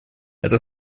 это